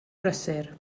brysur